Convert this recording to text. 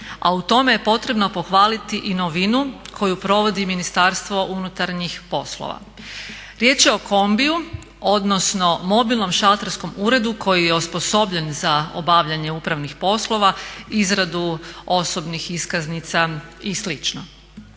a u tome je potrebno pohvaliti i novinu koju provodi Ministarstvo unutarnjih poslova. Riječ je o kombiju odnosno mobilnom šalterskom uredu koji je osposobljen za obavljanje upravnih poslova, izradu osobnih iskaznica i